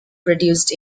produced